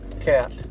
Cat